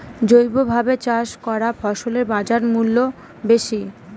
জৈবভাবে চাষ করা ফসলের বাজারমূল্য বেশি